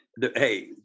hey